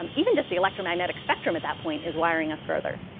um even just the electromagnetic spectrum at that point is wiring us further.